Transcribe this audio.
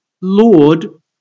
Lord